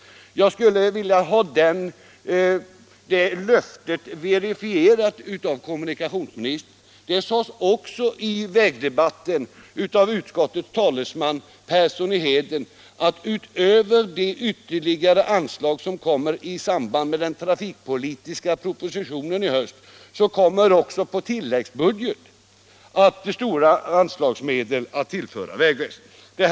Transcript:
Jag skulle vilja ha det löftet verifierat av kommunikationsministern. I vägdebatten uttalade också utskottets talesman, att utöver det ytterligare anslaget i samband med den trafikpolitiska propositionen i höst skall stora anslagsmedel på tilläggsbudget tillföras vägväsendet.